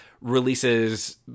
releases